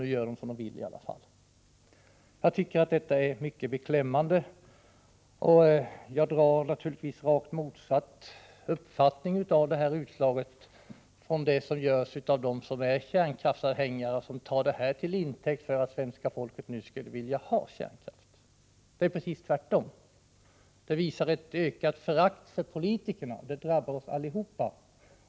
Nu gör de som de vill i alla fall. Jag tycker att detta är mycket beklämmande, och jag drar naturligtvis rakt motsatt slutsats av det här resultatet jämfört med dem som är kärnkraftsanhängare, vilka tar det som intäkt för att svenska folket nu skulle vilja har kärnkraft. Det är precis tvärtom. Det visar ett ökat förakt för politikerna, vilket drabbar oss allihop.